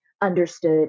understood